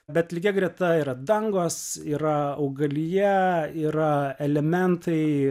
bet lygia greta yra dangos yra augalija yra elementai